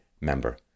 member